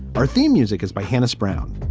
our theme music is by hannah brown.